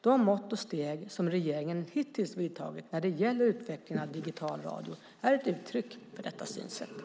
De mått och steg som regeringen hittills vidtagit när det gäller utvecklingen av digital radio är ett uttryck för detta synsätt.